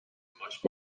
much